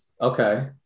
Okay